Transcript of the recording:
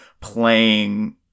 playing